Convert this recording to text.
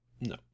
No